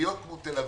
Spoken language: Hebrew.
עיריות כמו תל אביב,